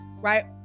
right